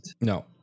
No